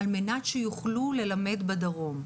על מנת שיוכלו ללמד בדרום.